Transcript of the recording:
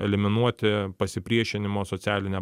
eliminuoti pasipriešinimo socialinę